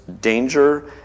danger